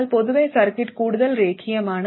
എന്നാൽ പൊതുവേ സർക്യൂട്ട് കൂടുതൽ രേഖീയമാണ്